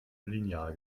lineal